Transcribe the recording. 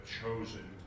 chosen